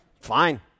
Fine